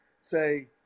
say